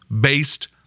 based